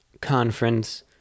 conference